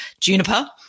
juniper